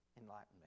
enlightenment